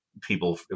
people